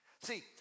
See